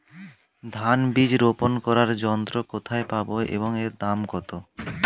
ধান বীজ রোপন করার যন্ত্র কোথায় পাব এবং এর দাম কত?